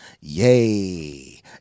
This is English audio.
Yay